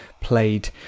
played